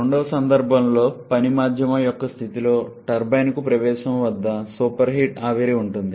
రెండవ సందర్భంలో పని మాధ్యమం యొక్క స్థితిలో టర్బైన్కు ప్రవేశం వద్ద సూపర్హీట్ ఆవిరి ఉంటుంది